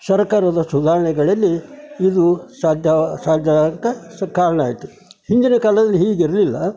ಸರಕಾರದ ಸುಧಾರಣೆಗಳಲ್ಲಿ ಇದು ಸಾಧ್ಯ ಸಾಧ್ಯ ಅಂತ ಸಹ ಕಾರಣ ಆಯಿತು ಹಿಂದಿನ ಕಾಲದಲ್ಲಿ ಹೀಗಿರಲಿಲ್ಲ